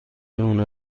هنر